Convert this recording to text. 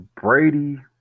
Brady